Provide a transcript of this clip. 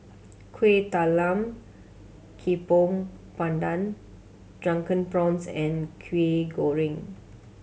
Kueh Talam Tepong Pandan Drunken Prawns and Kwetiau Goreng